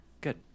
Good